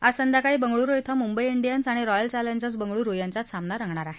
आज संध्याकाळी बंगळुरु िक्वे मुंबई िडियन्स आणि रॉयल चॅलेजर्स बंगळुरु यांच्यात सामना रंगणार आहे